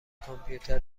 کامپیوتر